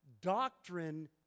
doctrine